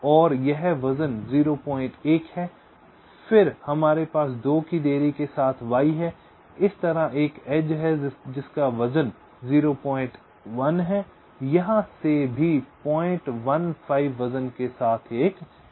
और यह वजन 01 है और फिर हमारे पास 2 की देरी के साथ y है इस तरह एक एज है जिसका वजन 01 है यहां से भी 015 वजन के साथ एक एज है